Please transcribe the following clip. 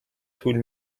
طول